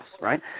right